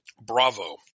bravo